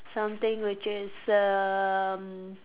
something which is erm